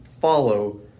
follow